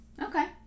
okay